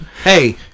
Hey